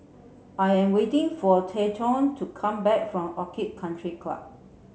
I am waiting for Treyton to come back from Orchid Country Club